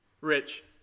Rich